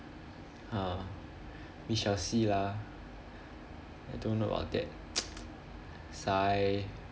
ha we shall see lah I don't know about that sigh